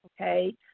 okay